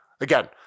Again